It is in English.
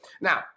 Now